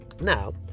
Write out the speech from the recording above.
now